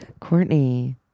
Courtney